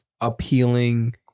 appealing